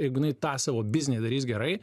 jeigu jinai tą savo biznį darys gerai